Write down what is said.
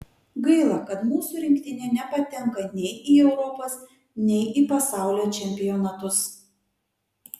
gaila kad mūsų rinktinė nepatenka nei į europos nei į pasaulio čempionatus